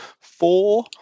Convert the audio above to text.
four